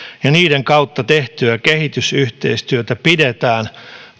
ja niiden kautta tehtyä kehitysyhteistyötä pidetään